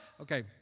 Okay